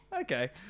Okay